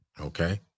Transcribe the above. Okay